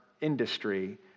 industry